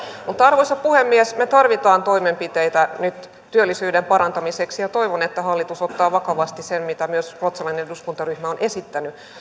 mutta arvoisa puhemies me tarvitsemme toimenpiteitä nyt työllisyyden parantamiseksi ja ja toivon että hallitus ottaa vakavasti sen mitä myös ruotsalainen eduskuntaryhmä on esittänyt